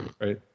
Right